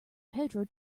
pedro